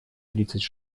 тридцать